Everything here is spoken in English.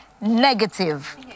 negative